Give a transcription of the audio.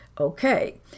Okay